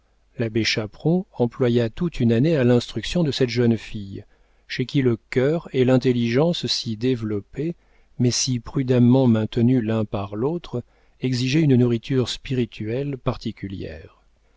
l'abbé chaperon employa toute une année à l'instruction de cette jeune fille chez qui le cœur et l'intelligence si développés mais si prudemment maintenus l'un par l'autre exigeaient une nourriture spirituelle particulière